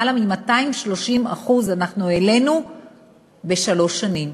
למעלה מ-230% אנחנו העלינו בשלוש שנים,